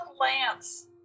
Lance